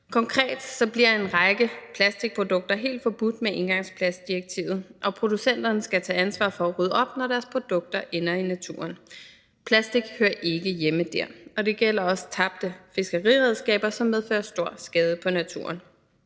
Konkret bliver en række plastikprodukter helt forbudt med engangsplastdirektivet, og producenterne skal tage ansvar for at rydde op, når deres produkter ender i naturen. Plastik hører ikke hjemme der. Det gælder også tabte fiskeriredskaber, som medfører stor skade på naturen.